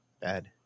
bad